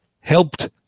helped